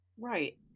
Right